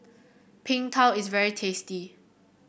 Png Tao is very tasty